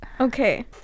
Okay